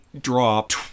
dropped